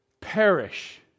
perish